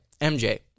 MJ